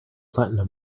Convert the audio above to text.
platinum